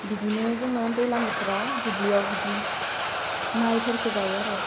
बिदिनो जोङो दैलां बोथोराव दुब्लियाव बिदि मायफोरखौ गायो आरो